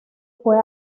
fue